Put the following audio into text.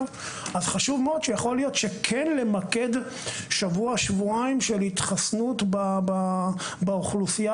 להיות שכן למקד שבוע-שבועיים של התחסנות באוכלוסייה